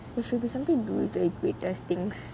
there should be something do to equator things